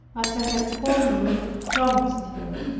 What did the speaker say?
as i had formerly promised her.